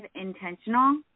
intentional